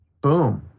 boom